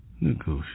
Negotiate